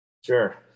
Sure